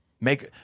Make